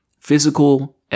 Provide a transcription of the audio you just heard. physical